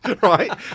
right